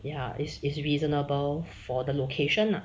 ya is is reasonable for the location lah